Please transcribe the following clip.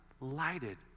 lighted